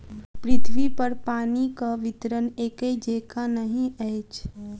पृथ्वीपर पानिक वितरण एकै जेंका नहि अछि